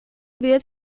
wird